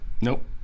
Nope